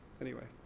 anyway.